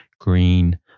green